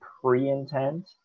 pre-intent